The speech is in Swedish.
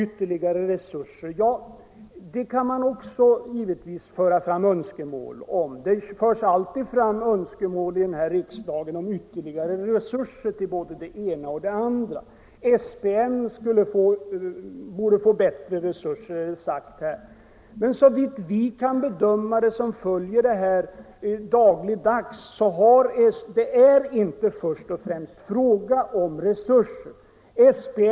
Ytterligare resurser kan man givetvis föra fram önskemål om. Det förs alltid fram önskemål här i riksdagen om ytterligare resurser för både det ena och det andra. SPN borde få bättre resurser, har det sagts här, men såvitt vi som följer det här dagligdags kan bedöma är det inte först och främst fråga om personalresurser som behövs.